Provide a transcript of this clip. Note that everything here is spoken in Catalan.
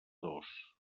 dos